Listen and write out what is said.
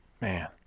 Man